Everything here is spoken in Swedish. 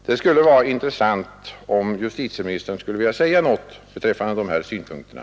Det skulle vara intressant om justitieministern skulle vilja säga någonting beträffande de här synpunkterna.